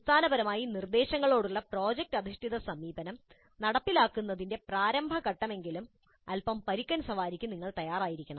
അടിസ്ഥാനപരമായി നിർദ്ദേശങ്ങളോടുള്ള പ്രോജക്റ്റ് അധിഷ്ഠിത സമീപനം നടപ്പിലാക്കുന്നതിന്റെ പ്രാരംഭ ഘട്ടമെങ്കിലും അല്പം പരുക്കൻസവാരിക്ക് നിങ്ങൾ തയ്യാറായിരിക്കണം